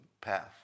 path